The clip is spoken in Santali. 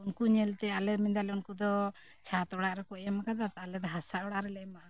ᱩᱱᱠᱩ ᱧᱮᱞ ᱛᱮ ᱟᱞᱮ ᱢᱮᱱ ᱮᱫᱟᱞᱮ ᱩᱱᱠᱩ ᱫᱚ ᱪᱷᱟᱸᱛ ᱚᱲᱟᱜ ᱨᱮᱠᱚ ᱮᱢ ᱟᱠᱟᱫᱟ ᱟᱞᱮ ᱫᱚ ᱦᱟᱥᱟ ᱚᱲᱟᱜ ᱨᱮᱞᱮ ᱮᱢᱟᱜᱼᱟ